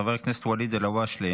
חבר הכנסת ואליד אל-הואשלה,